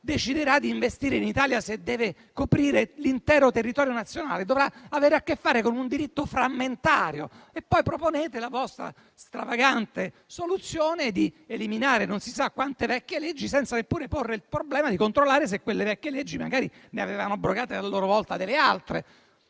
deciderà di investire in Italia se deve coprire l'intero territorio nazionale? Dovrà avere a che fare con un diritto frammentario. Poi proponete la vostra stravagante soluzione di eliminare non si sa quante vecchie leggi senza neppure porvi il problema di controllare se quelle vecchie leggi ne avevano abrogate altre a loro volta.